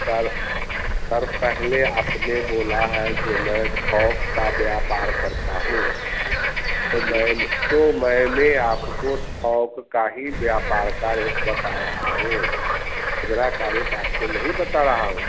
sir sir पहले आपने बोला है जो मैं थौक का व्यापार करता हूँ तो मैंन तो मैंने आपको थौक का ही व्यापार का रेट बता रहा हूँ खुदरा का रेट आपको नहीं बता रहा हूँ